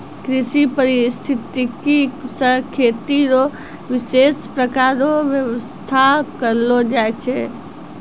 कृषि परिस्थितिकी से खेती रो विशेष प्रकार रो व्यबस्था करलो जाय छै